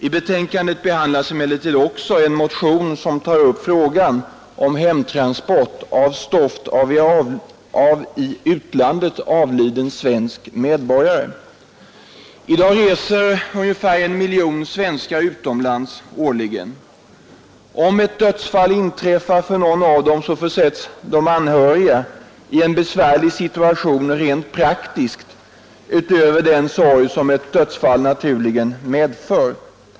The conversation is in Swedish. I betänkandet behandlas emellertid också en motion som tar upp frågan om hemtransport av stoft av i utlandet avliden svensk medborgare. Numera reser ungefär 1 miljon svenskar utomlands årligen. Om dödsfall inträffar'för någon av dem försätts de anhöriga i en besvärlig situation rent praktiskt, utöver den sorg som ett dödsfall naturligen medför.